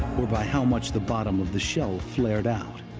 or by how much the bottom of the shell flared out.